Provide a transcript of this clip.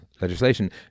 legislation